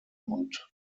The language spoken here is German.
und